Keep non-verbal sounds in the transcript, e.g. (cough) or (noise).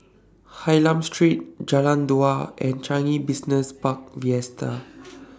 Hylam Street Jalan Dua and Changi Business Park Vista (noise)